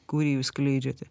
kurį jūs skleidžiate